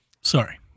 Sorry